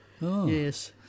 Yes